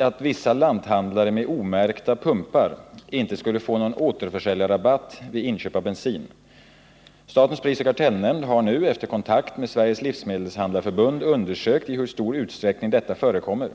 att vissa lanthandlare med omärkta pumpar inte skulle få någon återförsäljarrabatt vid inköp av bensin. Statens prisoch kartellnämnd har nu efter kontakt med Sveriges livsmedelshandlareförbund undersökt i hur stor utsträckning detta förekommer.